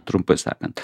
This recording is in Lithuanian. trumpai sakant